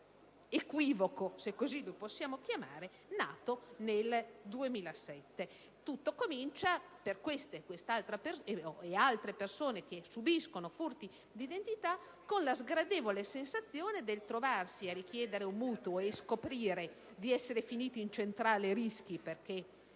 megaequivoco (se così lo possiamo chiamare) nato nel 2007. Tutto comincia, per questa ed altre persone che subiscono furti di identità, con la sgradevole sensazione di trovarsi a chiedere un mutuo e scoprire di essere finiti in centrale rischi perché